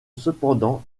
cependant